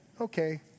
okay